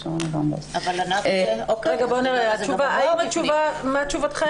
מה תשובתכם